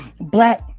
black